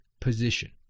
position